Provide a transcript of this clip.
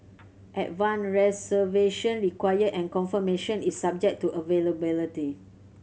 advance reservation required and confirmation is subject to availability